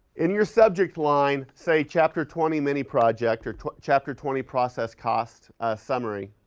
in your subject line say chapter twenty mini project or chapter twenty process cost summary,